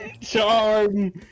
Charm